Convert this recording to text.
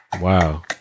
Wow